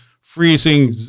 freezing